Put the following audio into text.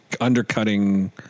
undercutting